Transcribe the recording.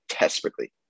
desperately